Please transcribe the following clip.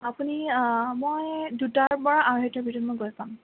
আপুনি মই দুটাৰ পৰা আঢ়ৈটাৰ ভিতৰত মই গৈ পাম